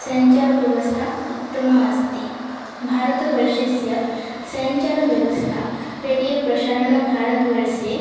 सञ्चारव्यवस्था उत्तमा अस्ति भारतवर्षस्य सञ्चारव्यवस्था रेडियोप्रसारणं भारतवर्षे